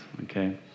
okay